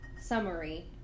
summary